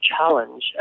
challenge